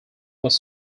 was